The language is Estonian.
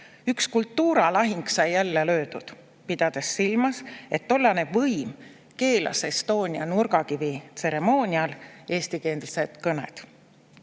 Üks kultuuralahing sai jälle löödud," pidades silmas, et tollane võim keelas Estonia nurgakivi tseremoonial eestikeelsed kõned.